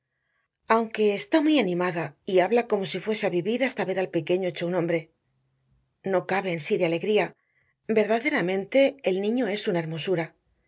aunque está muy animada y habla como si fuese a vivir hasta ver al pequeño hecho un hombre no cabe en sí de alegría verdaderamente el niño es una hermosura